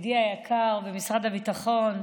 ידידי היקר במשרד הביטחון,